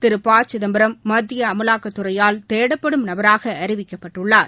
திரு ப சிதம்பரம் மத்திய அமலாக்கத்துறையால் தேடப்படும் நபராக அறிவிக்கப்பட்டுள்ளார்